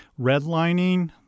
redlining